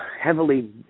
heavily